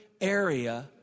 area